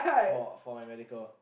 for for my medical